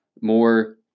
more